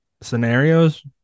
scenarios